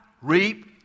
reap